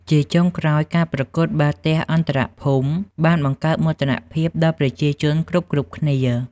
ជាចុងក្រោយ ការប្រកួតបាល់ទះអន្តរភូមិបាន បង្កើតមោទនភាព ដល់ប្រជាជនគ្រប់ៗគ្នា។